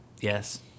Yes